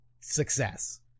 success